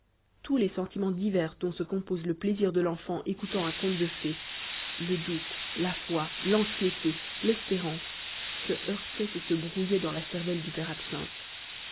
tous les sentiments divers dont se compose le plaisir de l'enfant écoutant un conte de fées le doute la foi l'anxiété l'espérance se heurtaient et se brouillaient dans la cervelle du père absinthe